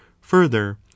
further